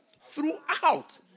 throughout